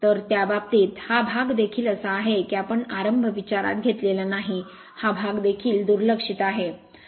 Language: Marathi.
तर त्या बाबतीत हा भाग देखील असा आहे की आम्ही आरंभ विचारात घेतलेला नाही हा भाग देखील दुर्लक्षित आहे